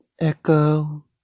echo